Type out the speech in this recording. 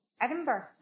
Edinburgh